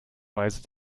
weise